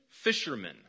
fishermen